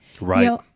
Right